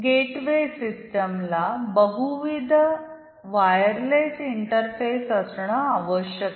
gateway सिस्टमला बहुविध wireless interface असणे आवश्यक आहे